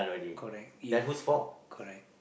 correct if correct